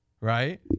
right